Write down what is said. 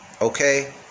Okay